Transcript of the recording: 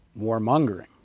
warmongering